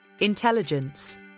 intelligence